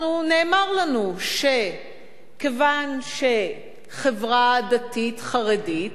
נאמר לנו שכיוון שחברה דתית-חרדית